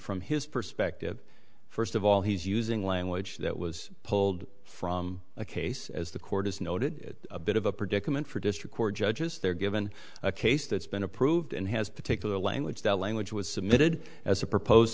from his perspective first of all he's using language that was pulled from a case as the court has noted a bit of a predicament for district court judges there given a case that's been approved and has particular language that language was submitted as a proposed